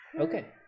Okay